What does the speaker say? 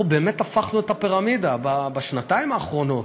אנחנו באמת הפכנו את הפירמידה בשנתיים האחרונות.